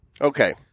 Okay